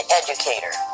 educator